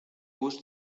bus